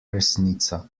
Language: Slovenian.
resnica